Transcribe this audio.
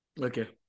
Okay